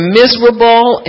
miserable